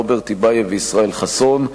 רוברט טיבייב וישראל חסון,